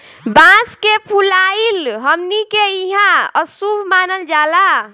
बांस के फुलाइल हमनी के इहां अशुभ मानल जाला